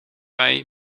wij